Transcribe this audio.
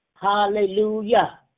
Hallelujah